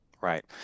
right